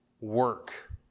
Work